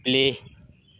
play